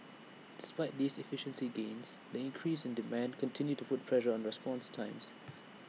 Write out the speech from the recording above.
despite these efficiency gains the increases in demand continue to put pressure on response times